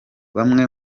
bamwe